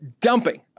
dumping